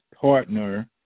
partner